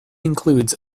includes